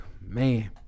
Man